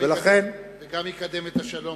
וגם יקדם את השלום.